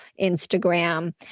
Instagram